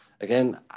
Again